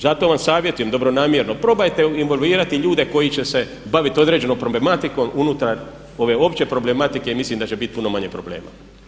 Zato vam savjetujem dobronamjerno, probajte involvirati ljude koji će se baviti određenom problematikom unutar ove opće problematike i mislim da će biti puno manje problema.